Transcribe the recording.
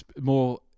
more